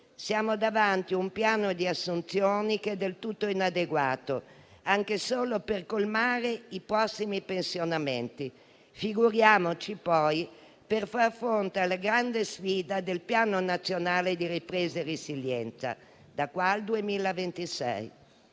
siamo davanti a un piano di assunzioni del tutto inadeguato, anche solo per colmare i prossimi pensionamenti, figuriamoci poi per far fronte alle grandi sfide del Piano nazionale di ripresa e resilienza, da qui al 2026.